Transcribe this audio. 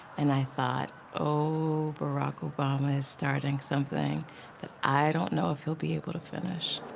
and i thought, oh, barack obama is starting something that i don't know if he'll be able to finish.